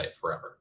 forever